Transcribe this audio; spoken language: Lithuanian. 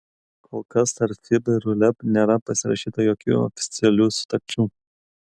kol kas tarp fiba ir uleb nėra pasirašyta jokių oficialių sutarčių